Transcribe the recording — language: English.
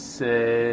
say